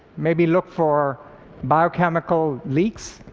maybe look for biochemical leaks,